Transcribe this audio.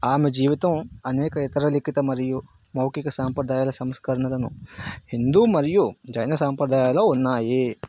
ఆమె జీవితం అనేక ఇతర లిఖిత మరియు మౌఖిక సంప్రదాయలు సంస్కరణలను హిందూ మరియు జైను సంప్రదాయాలో ఉన్నాయి